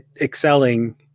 excelling